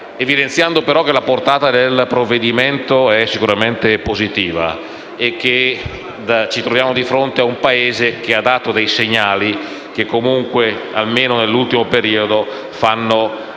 evidenziando però che la portata del provvedimento è sicuramente positiva e che ci troviamo di fronte ad un Paese che ha dato dei segnali che, almeno nell'ultimo periodo, fanno ben